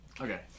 Okay